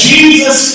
Jesus